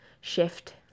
shift